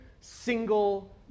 single